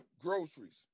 Groceries